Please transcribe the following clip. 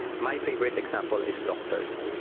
my favourite example is doctors.